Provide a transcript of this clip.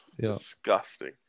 Disgusting